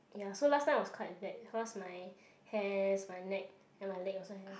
ya so last time it was quite bad cause my hairs my neck and my leg also have